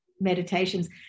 meditations